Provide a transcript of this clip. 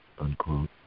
unquote